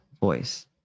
voice